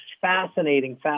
fascinating